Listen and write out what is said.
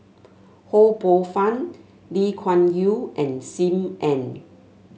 Ho Poh Fun Lee Kuan Yew and Sim Ann